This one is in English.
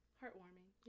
heartwarming